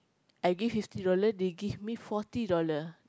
I give fifty dollar they give me forty dollar